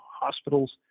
hospitals